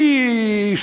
הזאת.